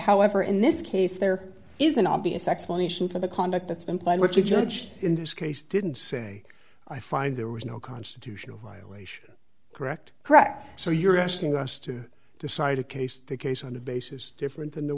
however in this case there is an obvious explanation for the conduct that's implied which is judge in this case didn't say i find there was no constitutional violation correct correct so you're asking us to decide a case the case on the basis different than the